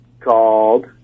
Called